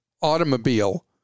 automobile